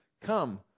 Come